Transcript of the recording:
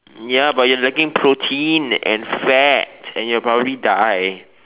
ya but you're lacking protein and fat and you'll probably die